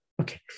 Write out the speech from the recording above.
Okay